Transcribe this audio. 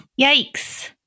Yikes